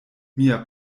mia